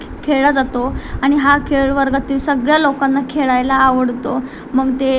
खेळला जातो आणि हा खेळ वर्गातील सगळ्या लोकांना खेळायला आवडतो मग ते